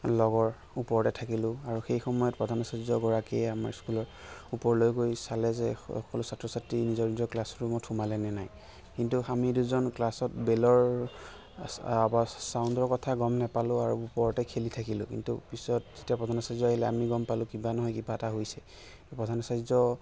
লগৰ ওপৰতে থাকিলোঁ আৰু সেই সময়ত প্ৰধান আচাৰ্যগৰাকীয়ে আমাৰ স্কুলত ওপৰলৈ গৈ চালে যে সকলো ছাত্ৰ ছাত্ৰী নিজৰ নিজৰ ক্লাছৰুমত সোমালে নে নাই কিন্তু আমি দুজন ক্লাছত বেলৰ ছাউণ্ডৰ কথা গম নাপালোঁ আৰু ওপৰতে খেলি থাকিলোঁ কিন্তু পিছত যেতিয়া প্ৰধান আচাৰ্য আহিলে আৰু আমি গম পালোঁ কিবা নহয় কিবা এটা হৈছে প্ৰধান আচাৰ্য